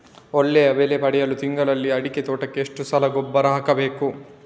ಒಳ್ಳೆಯ ಬೆಲೆ ಪಡೆಯಲು ತಿಂಗಳಲ್ಲಿ ಅಡಿಕೆ ತೋಟಕ್ಕೆ ಎಷ್ಟು ಸಲ ಗೊಬ್ಬರ ಹಾಕಬೇಕು?